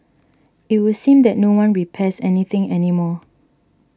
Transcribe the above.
it would seem that no one repairs any thing any more